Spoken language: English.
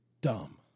dumb